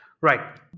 Right